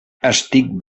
estic